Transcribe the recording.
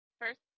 first